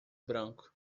branco